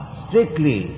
strictly